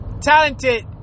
talented